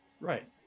Right